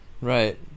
right